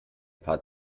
paar